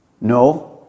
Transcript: No